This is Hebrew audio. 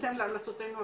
בהתאם להמלצותינו הקודמות,